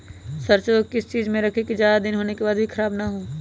सरसो को किस चीज में रखे की ज्यादा दिन होने के बाद भी ख़राब ना हो?